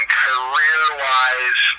career-wise